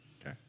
Okay